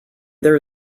there